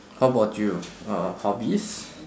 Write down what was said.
how about you uh hobbies